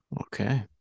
Okay